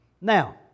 Now